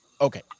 okay